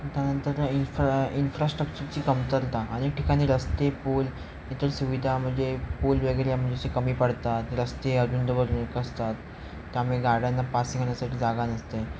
त्यानंतर इन्फ्रा इन्फ्रास्ट्रक्चरची कमतरता अनेक ठिकाणी रस्ते पूल इतर सुविधा म्हणजे पूल वगैरे म्हणजे असे कमी पडतात रस्ते अरुंद व असतात त्यामुळे गाड्यांना पासिंग नसेल जागा नसते